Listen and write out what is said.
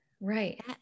right